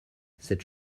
cette